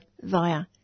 via